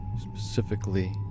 specifically